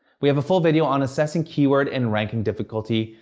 we have a full video on assessing keyword and ranking difficulty,